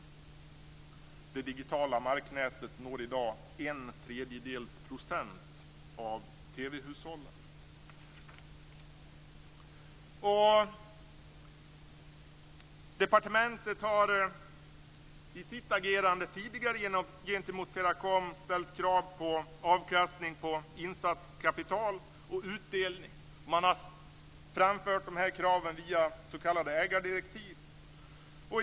Det digitala marknätet når idag en tredjedels procent av tv-hushållen." Departementet har i sitt agerande tidigare gentemot Teracom ställt krav på avkastning på insatskapital och utdelning. Man har framfört de här kraven i s.k. ägardirektiv.